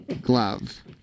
glove